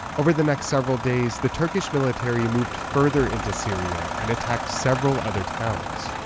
over the next several days, the turkish military moved further into syria and attacked several other towns.